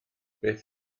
beth